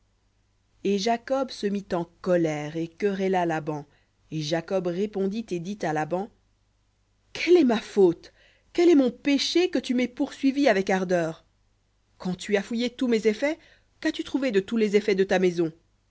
et jacob se mit en colère et querella laban et jacob répondit et dit à laban quelle est ma faute quel est mon péché que tu m'aies poursuivi avec ardeur quand tu as fouillé tous mes effets qu'as-tu trouvé de tous les effets de ta maison